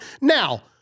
Now